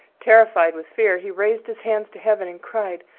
terrified with fear, he raised his hands to heaven and cried,